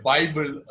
Bible